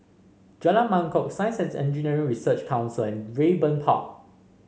Jalan Mangkok Science And Engineering Research Council and Raeburn Park